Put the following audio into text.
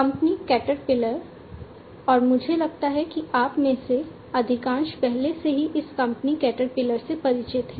company Caterpillar और मुझे लगता है कि आप में से अधिकांश पहले से ही इस कंपनी कैटरपिलर से परिचित हैं